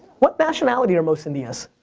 what nationality are most indias?